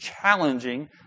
challenging